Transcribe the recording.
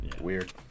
Weird